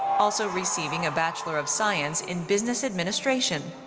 also receiving a bachelor of science in business administration.